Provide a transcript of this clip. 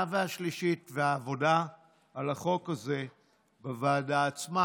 והשלישית והעבודה על החוק הזה בוועדה עצמה.